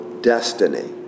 destiny